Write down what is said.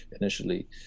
initially